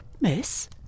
Miss